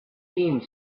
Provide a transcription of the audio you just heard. seemed